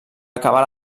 acabar